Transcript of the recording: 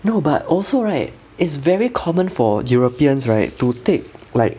no but also right it's very common for europeans right to take like